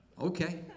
Okay